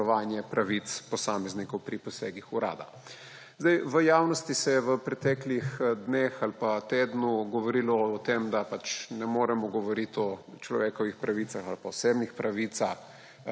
varovanje pravic posameznikov pri posegih Urada. V javnosti se je v preteklih dneh ali pa tednu govorilo o tem, da pač ne moremo govoriti o človekovih pravicah ali pa osebnih pravicah